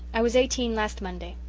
i was eighteen last monday.